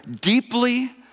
deeply